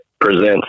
presents